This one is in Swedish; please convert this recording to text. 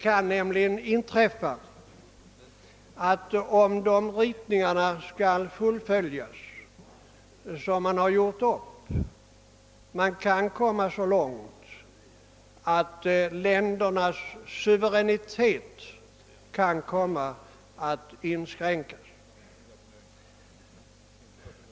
Om de ritningar som man har gjort upp fullföljes kan nämligen det inträffa att ländernas suveränitet inskränkes.